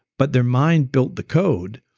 but their mind built the code,